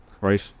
right